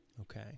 Okay